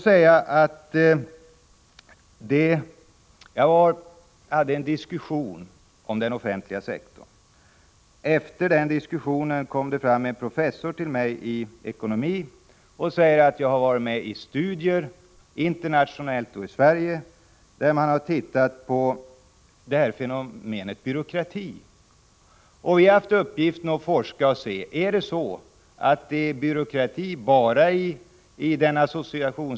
Jag deltog i en diskussion om den offentliga sektorn. Efter den diskussionen kom det fram en professor i ekonomi till mig och sade: Jag har varit med i studier, internationellt och i Sverige, där man undersökt fenomenet byråkrati. Vi har haft uppgiften att studera byråkrati och dess relation till associationsform — offentlig och privat.